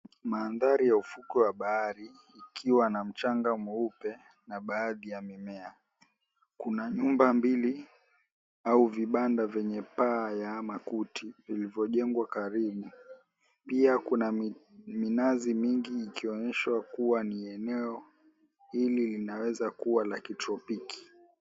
Manthari ya ufukwe wa bahari, ikiwa na mchanga mweupe na baadhi ya mimea. Kuna nyumba mbili au vibanda vyenye paa ya makuti, vilivyojengwa karibu. Pia, kuna minazi mingi, ikionyesha kuwa eneo hili linaweza kuwa la kitropiki.